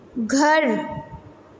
घर